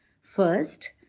First